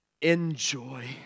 enjoy